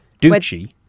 Ducci